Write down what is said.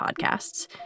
Podcasts